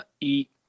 eat